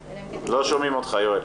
מבקש, בואו,